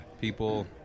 people